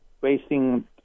wasting